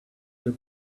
the